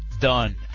done